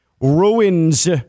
ruins